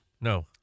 no